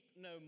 no